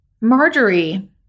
Marjorie